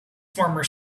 former